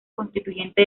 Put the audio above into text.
constituyente